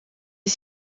est